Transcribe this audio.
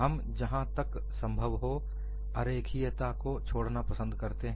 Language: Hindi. हम जहां तक संभव हो सके अरेखियता को छोड़ना पसंद करते हैं